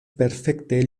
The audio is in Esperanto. perfekte